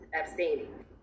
abstaining